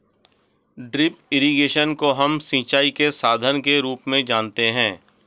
drip irrigation को हम सिंचाई के साधन के रूप में जानते है